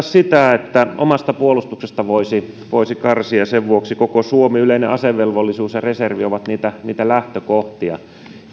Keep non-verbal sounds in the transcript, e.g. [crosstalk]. [unintelligible] sitä että omasta puolustuksesta voisi voisi karsia sen vuoksi koko suomen yleinen asevelvollisuus ja reservi ovat niitä lähtökohtia